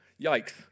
Yikes